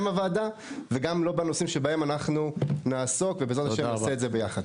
הוועדה והן בדברים שנרצה לעסוק ובעזרת השם נעשה ביחד.